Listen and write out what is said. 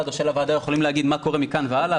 או של הוועדה יכולים להגיד מה קורה מכאן והלאה,